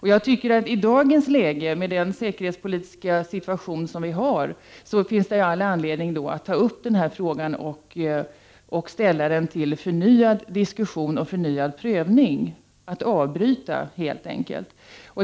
I dagens läge, med den nu gällande säkerhetspolitiska situationen, finns det all anledning att ta upp frågan till förnyad diskussion och förnyad prövning, att helt enkelt avbryta.